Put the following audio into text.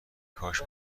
کاش